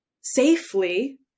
safely